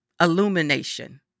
illumination